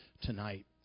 tonight